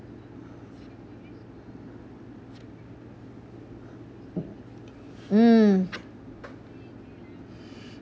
mm